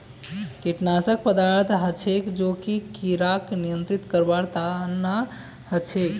कीटनाशक पदार्थ हछेक जो कि किड़ाक नियंत्रित करवार तना हछेक